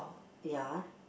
ya